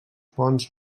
ponts